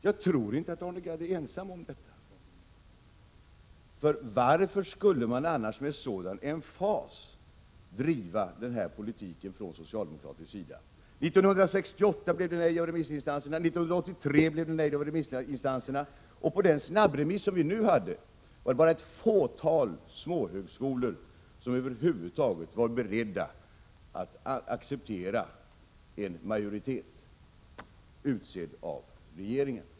Jag tror inte att han är ensam om detta. Varför skulle socialdemokraterna annars med sådan emfas driva denna politik? År 1968 och 1983 sade remissinstanserna nej, och vid den snabbremiss som nu gjordes var det bara ett fåtal småhögskolor som över huvud taget var beredda att acceptera en majoritet utsedd av regeringen.